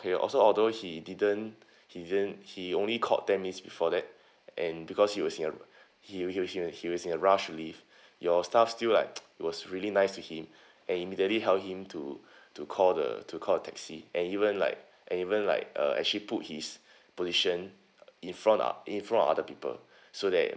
okay also although he didn't he didn't he only called ten minutes before that and because he was in a he was he was he was in a rush to leave your staff still like it was really nice to him and immediately help him to to call the to call the taxi and even like and even like uh actually put his position in front in front of other people so that